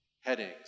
headings